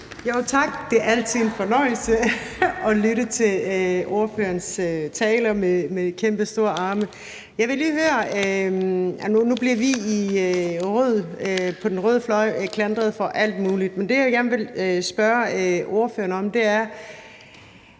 Tak. Det er altid en fornøjelse at lytte til ordførerens taler givet med kæmpestore armbevægelser. Nu bliver vi på den røde fløj klandret for alt muligt, men der er noget, som jeg gerne vil spørge ordføreren om. Nu er